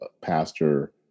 pastor